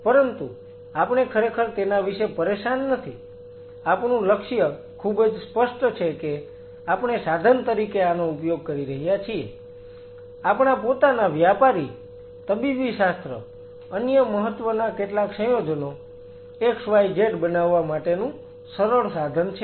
પરંતુ આપણે ખરેખર તેના વિશે પરેશાન નથી આપણું લક્ષ્ય ખૂબ જ સ્પષ્ટ છે કે આપણે સાધન તરીકે આનો ઉપયોગ કરી રહ્યા છીએ આપણા પોતાના વ્યાપારી તબીબીશાસ્ત્ર અન્ય મહત્વના કેટલાક સંયોજનો x y z બનાવવા માટેનું સરળ સાધન છે